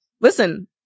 listen